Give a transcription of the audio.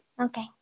Okay